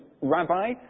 rabbi